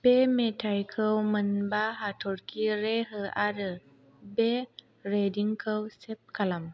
बे मेथाइखौ मोनबा हाथरखि रेट हो आरो बे रेटिंखौ सेभ खालाम